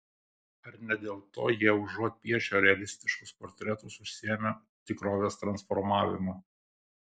ar ne dėl to jie užuot piešę realistiškus portretus užsiėmė tikrovės transformavimu